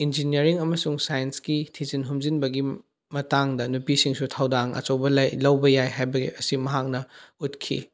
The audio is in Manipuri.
ꯏꯟꯖꯤꯅꯤꯌꯥꯔꯤꯡ ꯑꯃꯁꯨꯡ ꯁꯥꯏꯟꯁꯀꯤ ꯊꯤꯖꯤꯟ ꯍꯨꯝꯖꯤꯟꯕꯒꯤ ꯃꯇꯥꯡꯗ ꯅꯨꯄꯤꯁꯤꯡꯁꯨ ꯊꯧꯗꯥꯡ ꯑꯆꯧꯕ ꯂꯧꯕ ꯌꯥꯏ ꯍꯥꯏꯕ ꯑꯁꯤ ꯃꯍꯥꯛꯅ ꯎꯠꯈꯤ